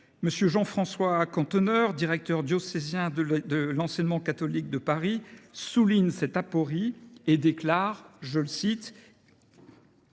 M. Jean François Canteneur, directeur diocésain de l’enseignement catholique de Paris, souligne cette aporie et déclare :« Il